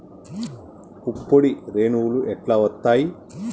పుప్పొడి రేణువులు ఎట్లా వత్తయ్?